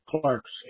Clark's